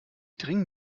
dringen